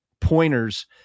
pointers